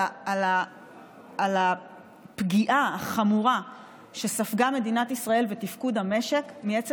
על הפגיעה החמורה שספגה מדינת ישראל בתפקוד המשק מעצם